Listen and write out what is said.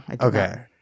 okay